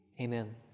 Amen